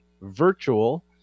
virtual